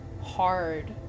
hard